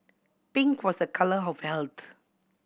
pink was a colour of health